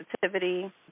sensitivity